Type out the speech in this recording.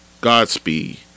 Godspeed